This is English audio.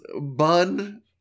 bun